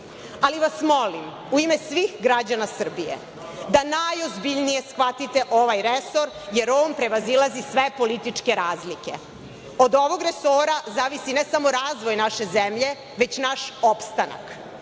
Ali vas molim, u ime svih građana Srbije, da najozbiljnije shvatite ovaj resor, jer on prevazilazi sve političke razlike. Od ovog resora zavisi ne samo razvoj naše zemlje, već naš opstanak.